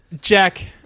Jack